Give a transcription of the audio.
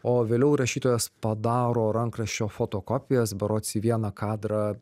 o vėliau rašytojas padaro rankraščio fotokopijas berods į vieną kadrą